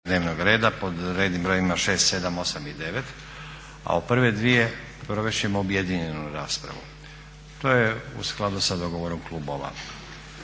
reda, pod rednim brojevima 6., 7., 8. i 9. A u prve dvije provest ćemo objedinjenu raspravu. To je u skladu sa dogovorom klubova.